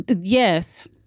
yes